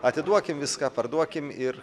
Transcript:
atiduokim viską parduokim ir